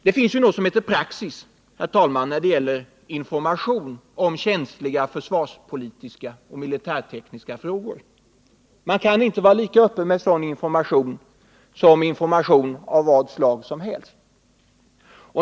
Det finns någonting som heter praxis när det gäller information om känsliga försvarspolitiska och militärtekniska frågor. Man kan inte vara lika öppen med sådan information som med information av vad slag som helst.